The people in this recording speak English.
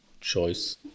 choice